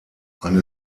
eine